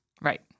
Right